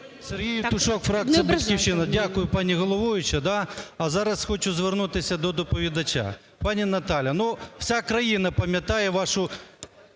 Сергій Євтушок, фракція "Батьківщина". Дякую пані головуюча, да. А зараз хочу звернутися до доповідача. Пані Наталя, ну, вся країна пам'ятаєте вашу